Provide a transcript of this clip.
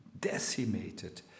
decimated